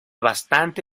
bastante